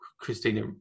Christina